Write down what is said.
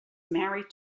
married